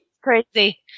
crazy